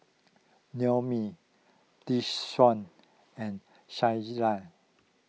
Naomi Desean and Shayla